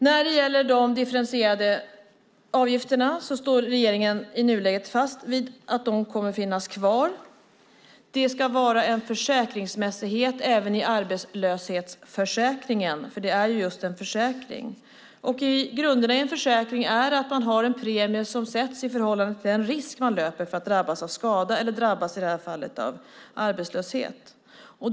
När det gäller de differentierade avgifterna står regeringen i nuläget fast vid att de kommer att finnas kvar. Det ska vara en försäkringsmässighet även i arbetslöshetsförsäkringen, för det är fråga om just en försäkring. Grunderna i en försäkring innebär att man har en premie som sätts i förhållande till den risk man löper att drabbas av skada eller, i det här fallet, av arbetslöshet.